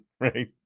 right